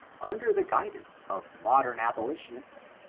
under the guidance of modern abolitionists,